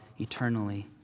eternally